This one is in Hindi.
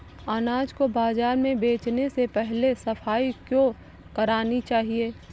अनाज को बाजार में बेचने से पहले सफाई क्यो करानी चाहिए?